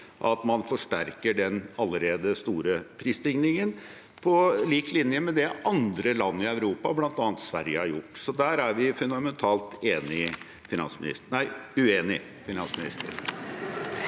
at man forsterker den allerede store prisstigningen – på lik linje med det andre land i Europa, bl.a. Sverige, har gjort. Så der er vi fundamentalt uenig med finansministeren. Kari Elisabeth